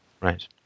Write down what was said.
Right